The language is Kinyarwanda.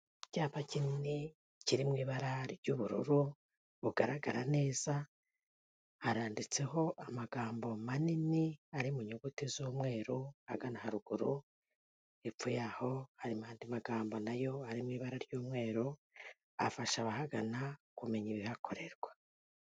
Icyapa kinini kiri mu ibara ry'ubururu bugaragara neza, harananditseho amagambo manini ari mu nyuguti z'umweru agana haruguru, hepfo yaho harimo andi magambo nayo arimo ibara ry'umweru, afasha abahagana kumenya ibihakorerwa.